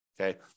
Okay